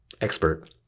expert